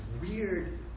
weird